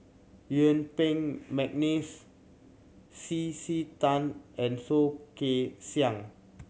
Yuen Peng McNeice C C Tan and Soh Kay Siang